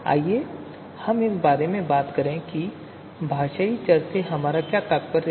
आइए हम इस बारे में बात करें कि भाषाई चर से हमारा क्या तात्पर्य है